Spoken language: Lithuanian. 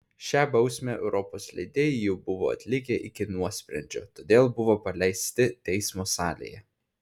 šią bausmę europos leidėjai jau buvo atlikę iki nuosprendžio todėl buvo paleisti teismo salėje